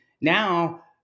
Now